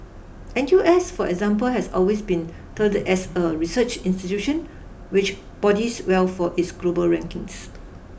N U S for example has always been touted as a research institution which bodies well for its global rankings